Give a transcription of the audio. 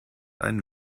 einen